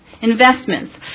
investments